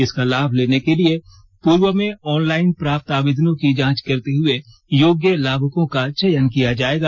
इसका लाभ लेने के लिए पूर्व में आनलाइन प्राप्त आवेदनों की जांच करते हुए योग्य लाभुकों का चयन किया जाएगा